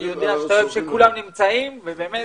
שנית,